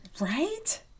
Right